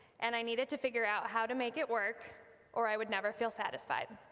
and i needed to figure out how to make it work or i would never feel satisfied.